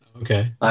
Okay